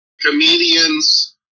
comedians